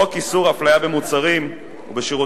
חוק איסור הפליה במוצרים ובשירותים,